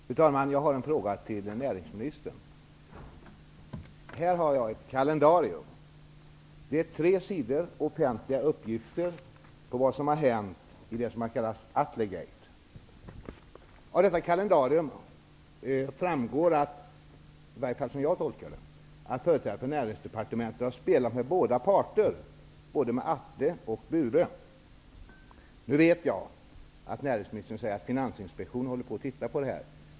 Fru talman! Jag vill ställa en fråga till näringsministern. Jag har här ett kalendarium innehållande tre sidor offentliga uppgifter om vad som har hänt i vad som har kallats Atlegate. Av detta kalendarium framgår -- i alla fall som jag tolkar det -- att företrädare för Näringsdepartementet har spelat med båda parter, både med Atle och Bure. Nu vet jag att näringsministern kommer att säga att Finansinspektionen ser över detta.